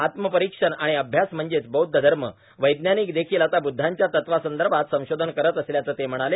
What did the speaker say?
आत्मपरिक्षण आणि अभ्यास म्हणजेच बौद्ध धर्म वैज्ञानिक देखील आता बुद्धांच्या तत्वांसंदर्भात संशोधन करत असल्याचं ते म्हणाले